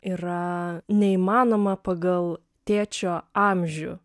yra neįmanoma pagal tėčio amžių